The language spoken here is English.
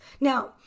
Now